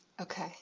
Okay